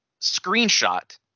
screenshot